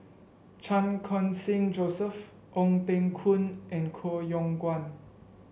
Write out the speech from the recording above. Chan Khun Sing Joseph Ong Teng Koon and Koh Yong Guan